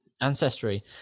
ancestry